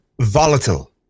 volatile